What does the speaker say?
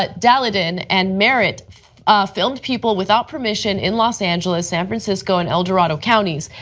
but daleiden and merritt film people without permission in los angeles, san francisco and el dorado county's.